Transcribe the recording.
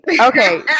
Okay